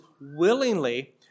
willingly